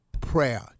Prayer